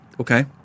Okay